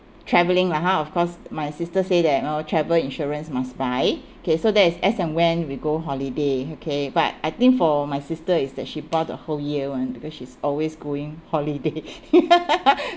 travelling lah hor of course my sister say that oh travel insurance must buy okay so that is as an when we go holiday okay but I think for my sister is that she bought a whole year one because she's always going holiday